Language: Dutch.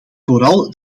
vooral